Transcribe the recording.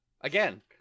Again